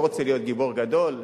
לא רוצה להיות גיבור גדול.